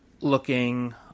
looking